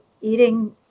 eating